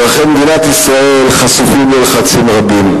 אזרחי מדינת ישראל חשופים ללחצים רבים,